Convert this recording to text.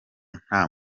nta